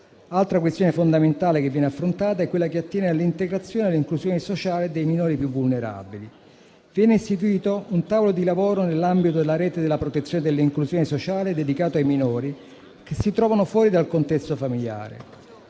Altra questione fondamentale che viene affrontata è quella che attiene all'integrazione e all'inclusione sociale dei minori più vulnerabili. Viene istituito un tavolo di lavoro nell'ambito della rete della protezione e dell'inclusione sociale dedicato ai minori che si trovano fuori dal contesto familiare,